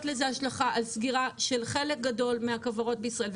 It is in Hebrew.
לזה השלכה על סגירה של חלק גדול מהכוורות בישראל.